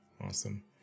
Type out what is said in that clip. Awesome